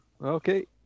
Okay